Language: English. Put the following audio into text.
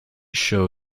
show